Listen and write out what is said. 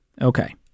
Okay